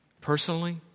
Personally